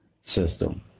system